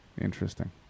interesting